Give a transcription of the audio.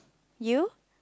you